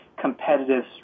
competitive